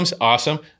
Awesome